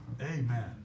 Amen